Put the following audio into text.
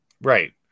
Right